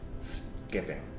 skipping